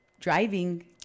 driving